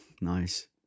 Nice